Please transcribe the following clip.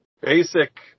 basic